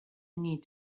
need